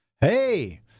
Hey